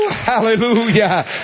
Hallelujah